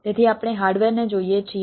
તેથી આપણે હાર્ડવેરને જોઈએ છીએ